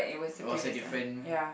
it was a different